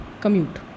commute